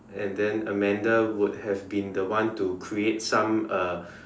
and then Amanda would have been the one to create some uh